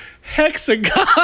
Hexagon